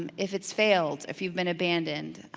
um if it's failed, if you've been abandoned,